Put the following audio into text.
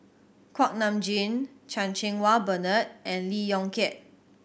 Kuak Nam Jin Chan Cheng Wah Bernard and Lee Yong Kiat